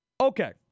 Okay